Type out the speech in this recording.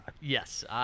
Yes